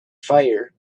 fire